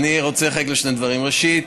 אני רוצה לחלק לשני דברים: ראשית,